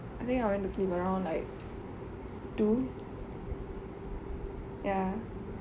I think I went to sleep around like two ya